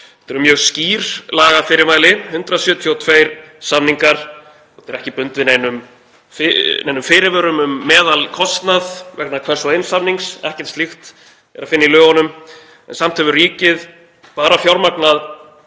Þetta eru mjög skýr lagafyrirmæli, 172 samningar. Þetta er ekki bundið neinum fyrirvörum um meðalkostnað vegna hvers og eins samnings, ekkert slíkt er að finna í lögunum. Samt hefur ríkið bara fjármagnað